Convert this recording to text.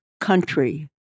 country